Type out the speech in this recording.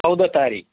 चौध तारिक